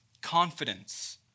confidence